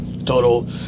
total